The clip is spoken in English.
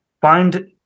find